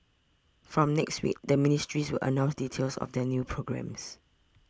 from next week the ministries announce details of their new programmes